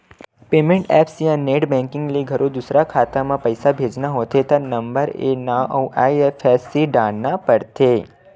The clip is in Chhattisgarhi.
पेमेंट ऐप्स या नेट बेंकिंग ले घलो दूसर खाता म पइसा भेजना होथे त नंबरए नांव अउ आई.एफ.एस.सी डारना परथे